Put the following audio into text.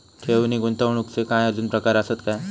ठेव नी गुंतवणूकचे काय आजुन प्रकार आसत काय?